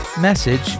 message